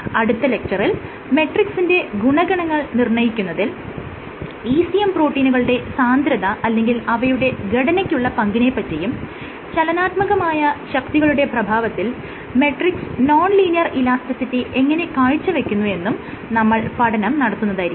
അടുത്ത ലെക്ച്ചറിൽ മെട്രിക്സിന്റെ ഗുണഗണങ്ങൾ നിർണ്ണയിക്കുന്നതിൽ ECM പ്രോട്ടീനുകളുടെ സാന്ദ്രത അല്ലെങ്കിൽ അവയുടെ ഘടനയ്ക്കുള്ള പങ്കിനെ പറ്റിയും ചലനാത്മകമായ ശക്തികളുടെ പ്രഭാവത്തിൽ മെട്രിക്സ് നോൺ ലീനിയർ ഇലാസ്റ്റിസിറ്റി എങ്ങനെ കാഴ്ച്ചവെക്കുന്നു എന്നും നമ്മൾ പഠനം നടത്തുന്നതായിരിക്കും